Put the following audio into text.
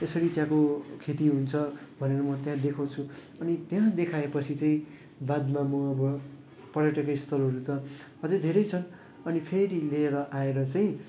यसरी चियाको खेती हुन्छ भनेर म त्यहाँ देखाउँछु अनि त्यहाँ देखाएपछि चाहिँ बादमा म अब पर्यटकीय स्थलहरू त अझै धेरै छ अनि फेरि लिएर आएर चाहिँ